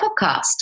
podcast